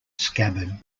scabbard